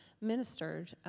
ministered